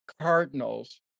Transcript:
Cardinals